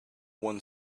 one